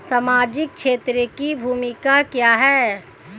सामाजिक क्षेत्र की भूमिका क्या है?